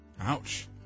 Ouch